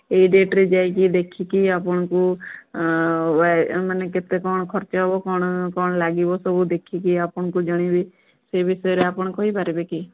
ଏଇ ଡେଟ୍ରେ ଯାଇକି ଦେଖିକି ଆପଣଙ୍କୁ ମାନେ କେତେ କ'ଣ ଖର୍ଚ୍ଚ ହେବ କ'ଣ କ'ଣ ଲାଗିବ ସବୁ ଦେଖିକି ଆପଣଙ୍କୁ ଜଣେଇବି ସେଇ ବିଷୟରେ ଆପଣ କହିପାରିବେ କି